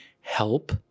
help